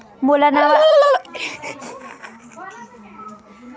मोला नावा debit card लेबर हे, कइसे करे बर लगही?